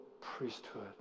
priesthood